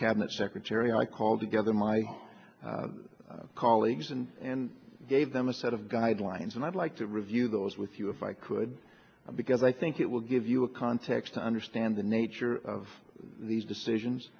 cabinet secretary i called together my colleagues and gave them a set of guidelines and i'd like to review those with you if i could because i think it will give you a context to understand the nature of these decisions